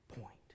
point